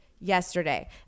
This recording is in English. yesterday